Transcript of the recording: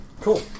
cool